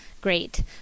great